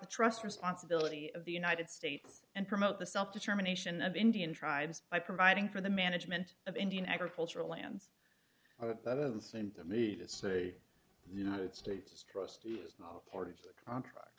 the trust responsibility of the united states and promote the self determination of indian tribes by providing for the management of indian agricultural lands and the united states post reported contract